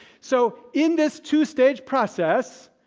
so, in this two stage process,